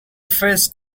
face